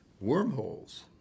wormholes